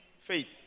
faith